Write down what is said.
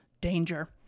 danger